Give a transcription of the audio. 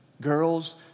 girls